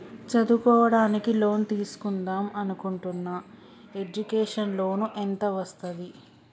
చదువుకోవడానికి లోన్ తీస్కుందాం అనుకుంటున్నా ఎడ్యుకేషన్ లోన్ ఎంత వస్తది?